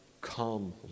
come